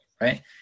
right